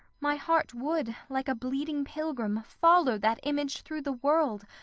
my heart would, like a bleeding pilgrim, follow that image through the world,